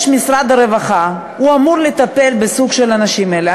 יש משרד הרווחה, הוא אמור לטפל בנשים האלה.